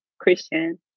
Christian